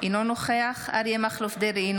אינו נוכח אריה מכלוף דרעי,